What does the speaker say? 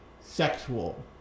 sexual